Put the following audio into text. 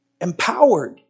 empowered